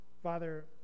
Father